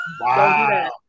Wow